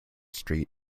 street